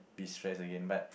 destress again but